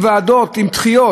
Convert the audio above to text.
וקורה אותו דבר,